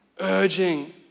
urging